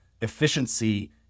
efficiency